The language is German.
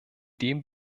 dem